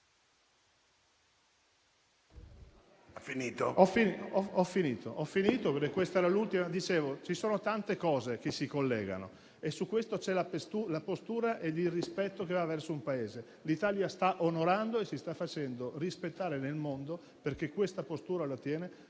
dagli attacchi degli Houthi. Ci sono tante cose che si collegano e su questo ci sono la postura ed il rispetto che vanno verso un Paese. L'Italia sta onorando e si sta facendo rispettare nel mondo perché questa postura la tiene